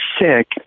sick